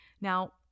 Now